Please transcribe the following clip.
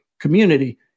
community